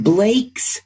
Blakes